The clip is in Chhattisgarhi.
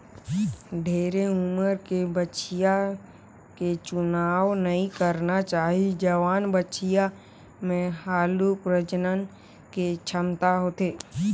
ढेरे उमर के बछिया के चुनाव नइ करना चाही, जवान बछिया में हालु प्रजनन के छमता होथे